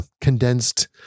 condensed